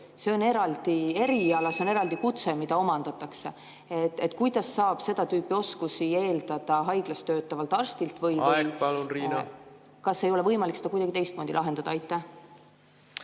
see on eraldi eriala, see on eraldi kutse, mida omandatakse. (Juhataja helistab kella.) Kuidas saab seda tüüpi oskusi eeldada haiglas töötavalt arstilt või ... Aeg, palun, Riina! Kas ei ole võimalik seda kuidagi teistmoodi lahendada? Aitäh!